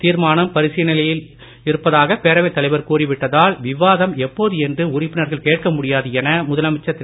தீர்மானம் பரிசீலனையில் இருப்பதாக பேரவைத் தலைவர் கூறிவிட்டதால் விவாதம் எப்போது என்று உறுப்பினர்கள் கேட்க முடியாது என முதலமைச்சர் திரு